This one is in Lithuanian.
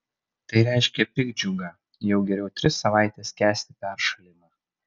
tai reiškia piktdžiugą jau geriau tris savaites kęsti peršalimą